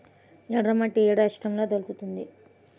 ఎర్రమట్టి ఏ రాష్ట్రంలో దొరుకుతుంది?